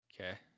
Okay